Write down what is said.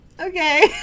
okay